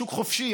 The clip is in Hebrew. שוק חופשי,